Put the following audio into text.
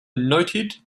noted